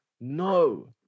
No